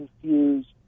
confused